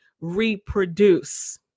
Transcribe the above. reproduce